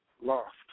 lost